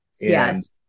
Yes